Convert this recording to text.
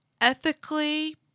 Ethically